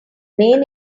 main